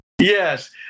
Yes